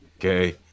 okay